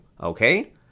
okay